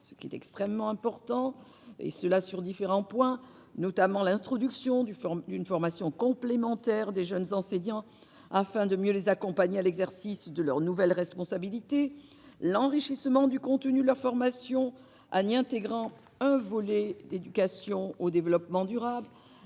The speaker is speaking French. qui est extrêmement importante. Je pense notamment à l'introduction d'une formation complémentaire des jeunes enseignants, afin de mieux les accompagner à l'exercice de leurs nouvelles responsabilités ; à l'enrichissement du contenu de leur formation, qui comprendra désormais un volet d'éducation au développement durable